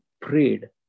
prayed